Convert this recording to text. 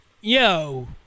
Yo